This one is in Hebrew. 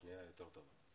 השנייה יותר טובה.